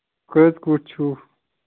کٔژ کُٹھ چھِو